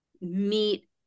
meet